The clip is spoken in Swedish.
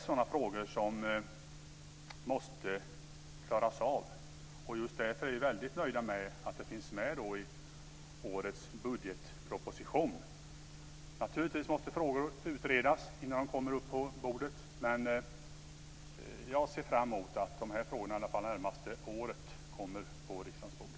Det är frågor som måste klaras av. Vi är nöjda med att dessa frågor finns med i årets budgetproposition. Naturligtvis måste frågor utredas innan de kommer upp på bordet. Jag ser fram emot att frågorna läggs fram på riksdagens bord under det närmaste året.